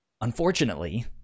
Unfortunately